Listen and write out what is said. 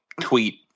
tweet